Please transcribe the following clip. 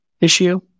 issue